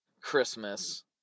Christmas